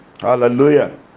hallelujah